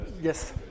Yes